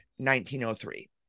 1903